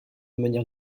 manière